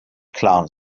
klar